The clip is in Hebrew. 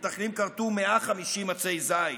מתנחלים כרתו 150 עצי זית,